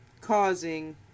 causing